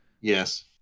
yes